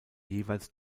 jeweils